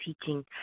teaching